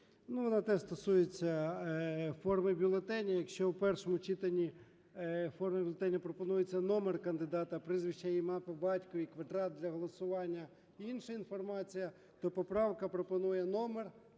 Вона теж стосується форми бюлетеня. Якщо в першому читанні у формі бюлетеня пропонується номер кандидата, прізвище, ім'я, по батькові і квадрат для голосування, інша інформація, то поправка пропонує: номер,